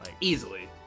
Easily